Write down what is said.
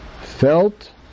felt